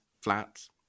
flats